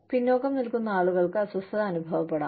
പിന്നോക്കം നിൽക്കുന്ന ആളുകൾക്ക് അസ്വസ്ഥത അനുഭവപ്പെടാം